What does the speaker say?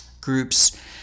groups